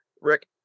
Rick